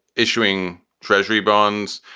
issuing treasury bonds,